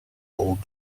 old